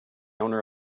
owner